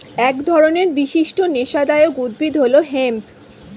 এক ধরনের বিশিষ্ট নেশাদায়ক উদ্ভিদ হল হেম্প